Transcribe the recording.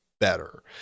better